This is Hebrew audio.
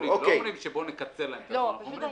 אומרים: בואו לא נאפשר- -- העניין ברור.